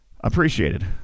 appreciated